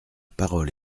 parole